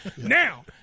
Now